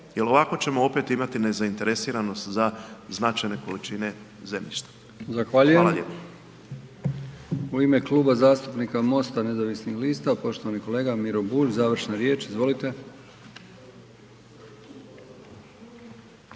Jer ovako ćemo opet imati nezainteresiranost za značajne količine zemljišta. Hvala lijepo.